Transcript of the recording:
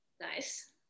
Nice